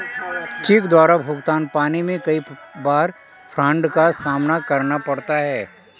check द्वारा भुगतान पाने में कई बार फ्राड का सामना करना पड़ता है